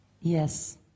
Yes